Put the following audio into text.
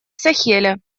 сахеле